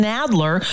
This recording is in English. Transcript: Nadler